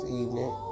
evening